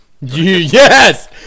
yes